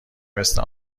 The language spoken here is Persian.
مثل